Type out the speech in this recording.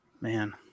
Man